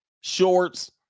shorts